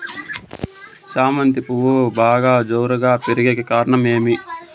చామంతి పువ్వులు బాగా జోరుగా పెరిగేకి కారణం ఏమి?